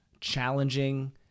challenging